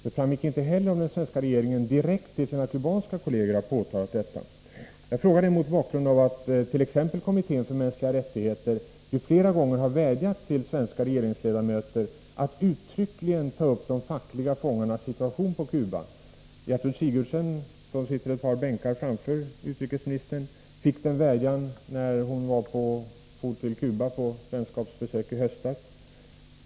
Det framgick inte heller om den svenska regeringen direkt till sina kubanska kolleger har påtalat detta. Jag frågar mot bakgrund av att t.ex. Kommittén för mänskliga rättigheter flera gånger har vädjat till svenska regeringsledamöter att uttryckligen ta upp de fackliga fångarnas situation på Cuba. Gertrud Sigurdsen, som sitter ett par bänkar framför utrikesministern, fick den vädjan när hon for till Cuba på vänskapsbesök i höstas.